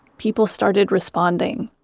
people started responding.